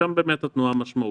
ושם באמת התנועה משמעותית.